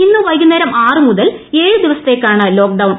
ഇന്നു വൈകുന്നേരം ആറ് മുതൽ ഏഴ് ദിവസത്തേക്കാണ് ലോക്ക്ഡൌൺ